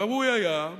ראוי היה,